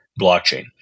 blockchain